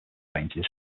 ranges